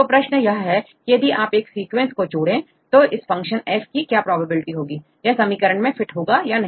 तो प्रश्न यह है कि यदि आप एक सीक्वेंस को जोड़ें तो इस फंक्शन F की क्या प्रोबेबिलिटी होगी यह समीकरण में फिट होगा या नहीं